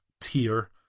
tier